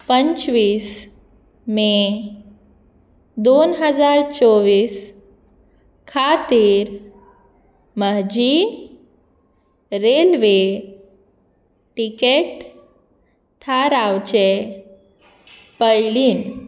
पंचवीस मे दोन हजार चोवीस खातीर म्हजी रेल्वे टिकेट थारावचे पयलीं